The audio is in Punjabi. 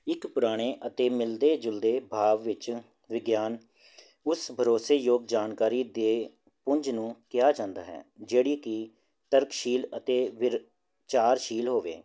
ਇੱਕ ਪੁਰਾਣੇ ਅਤੇ ਮਿਲਦੇ ਜੁਲਦੇ ਭਾਵ ਵਿੱਚ ਵਿਗਿਆਨ ਉਸ ਭਰੋਸੇ ਯੋਗ ਜਾਣਕਾਰੀ ਦੇ ਪੁੰਜ ਨੂੰ ਕਿਹਾ ਜਾਂਦਾ ਹੈ ਜਿਹੜੀ ਕਿ ਤਰਕਸ਼ੀਲ ਅਤੇ ਵਿਰ ਚਾਰਜਸ਼ੀਲ ਹੋਵੇ